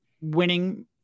winning